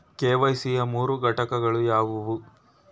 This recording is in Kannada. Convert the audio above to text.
ಕೆ.ವೈ.ಸಿ ಯ ಮೂರು ಘಟಕಗಳು ಯಾವುವು?